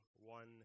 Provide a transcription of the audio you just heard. one